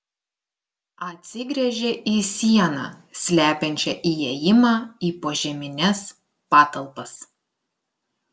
atsigręžė į sieną slepiančią įėjimą į požemines patalpas